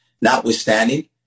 Notwithstanding